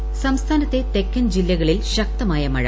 മഴ സംസ്ഥാനത്തെ തെക്കൻ ജില്ലകളിൽ ശക്തമായ മഴ